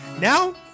Now